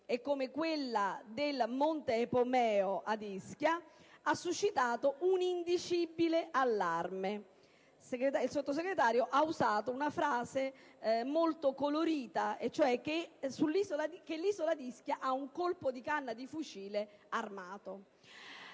Vesuvio e del monte Epomeo ad Ischia, hanno suscitato un indicibile allarme. Il Sottosegretario ha usato una frase molto colorita e cioè che l'isola di Ischia ha il «colpo in canna» da fucile armato.